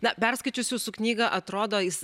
na perskaičius jūsų knygą atrodo jis